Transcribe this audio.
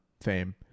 fame